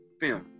film